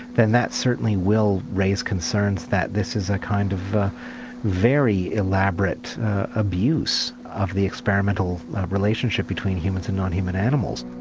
then that certainly will raise concerns that this is a kind of very elaborate abuse of the experimental relationship between humans and non-human animals.